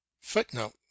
Footnote